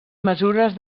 mesures